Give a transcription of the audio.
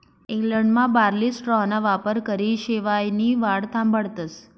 इंग्लंडमा बार्ली स्ट्राॅना वापरकरी शेवायनी वाढ थांबाडतस